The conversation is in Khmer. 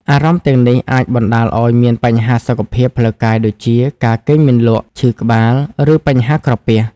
អារម្មណ៍ទាំងនេះអាចបណ្ដាលឲ្យមានបញ្ហាសុខភាពផ្លូវកាយដូចជា ការគេងមិនលក់ ឈឺក្បាល ឬបញ្ហាក្រពះ។